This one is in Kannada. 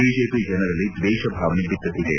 ಬಿಜೆಪಿ ಜನರಲ್ಲಿ ದ್ವೇಷ ಭಾವನೆ ಬಿತ್ತುತ್ತಿದೆ